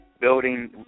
building –